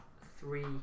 three